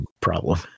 problem